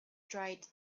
tried